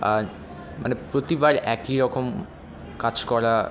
আর মানে প্রতিবার একই রকম কাজ করা